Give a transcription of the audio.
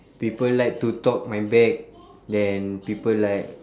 people like to talk my back then people like